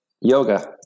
yoga